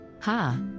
Ha